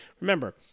remember